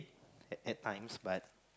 at at times but